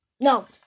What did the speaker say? No